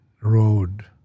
road